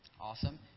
Awesome